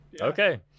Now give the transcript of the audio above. Okay